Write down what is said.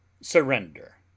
SURRENDER